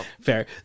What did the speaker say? Fair